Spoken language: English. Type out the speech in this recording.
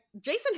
Jason